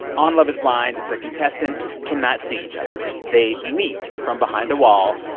on love is blind, the contestants cannot see each other. they meet from behind a wall.